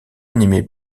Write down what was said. animé